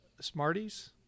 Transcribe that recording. Smarties